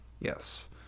Yes